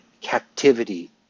Captivity